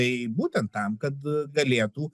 tai būtent tam kad galėtų